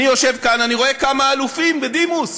אני יושב כאן, אני רואה כמה אלופים בדימוס.